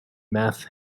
meth